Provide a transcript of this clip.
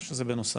או שזה בנוסף?